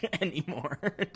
Anymore